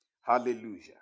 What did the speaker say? Hallelujah